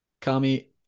Kami